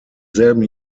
selben